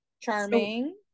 charming